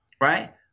right